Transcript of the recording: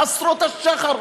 חסרות השחר,